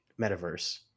metaverse